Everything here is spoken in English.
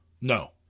No